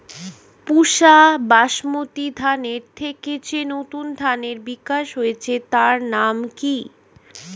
পুসা বাসমতি ধানের থেকে যে নতুন ধানের বিকাশ হয়েছে তার নাম কি?